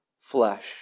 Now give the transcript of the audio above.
flesh